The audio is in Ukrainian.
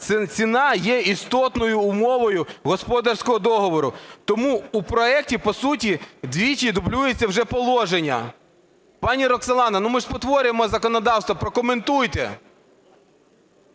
ціна є істотною умовою господарського договору. Тому в проекті, по суті, двічі дублюється вже положення. Пані Роксолана, ми ж спотворюємо законодавство, прокоментуйте.